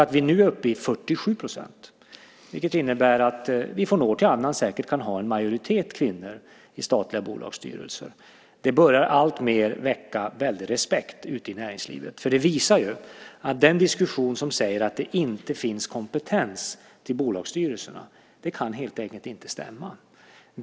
Vi är nu uppe i 47 %, vilket innebär att vi från år till annat säkert kan ha en majoritet kvinnor i statliga bolagsstyrelser. Det börjar alltmer väcka väldig respekt ute i näringslivet, för det visar att diskussionen om att det inte finns kompetens till bolagsstyrelserna helt enkelt inte kan stämma.